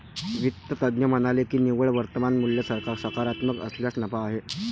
वित्त तज्ज्ञ म्हणाले की निव्वळ वर्तमान मूल्य सकारात्मक असल्यास नफा आहे